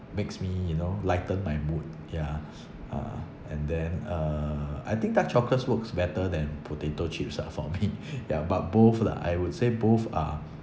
makes me you know lighten my mood ya ah and then uh I think dark chocolate works better than potato chips lah for me ya but both lah I would say both are